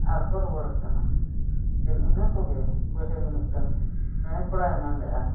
ᱟᱨ ᱠᱚ ᱨᱩᱣᱟᱹᱲ ᱠᱟᱱᱟ ᱮᱱᱼ ᱤᱱᱟᱹ ᱠᱚᱜᱮ ᱯᱟᱹᱦᱤᱞ ᱫᱚ ᱢᱤᱫᱴᱟᱝ ᱯᱮᱬᱮ ᱠᱚᱲᱟᱭ ᱢᱮᱱ ᱞᱮᱫᱼᱟ